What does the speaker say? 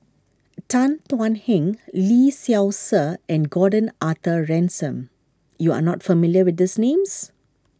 Tan Thuan Heng Lee Seow Ser and Gordon Arthur Ransome you are not familiar with these names